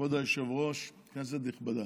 כבוד היושב-ראש, כנסת נכבדה,